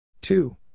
Two